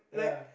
yeah